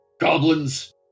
goblins